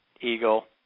eagle